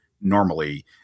Normally